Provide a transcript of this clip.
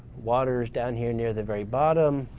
water is down here near the very bottom.